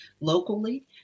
locally